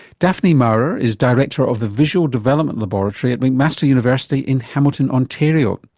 daphne maurer is director of the visual development laboratory at mcmaster university in hamilton ontario.